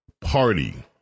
party